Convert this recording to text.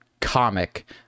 comic